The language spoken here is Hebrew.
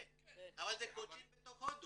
כן, אבל קוצ'ין בתוך הודו.